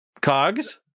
Cogs